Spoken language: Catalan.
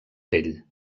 pell